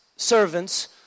servants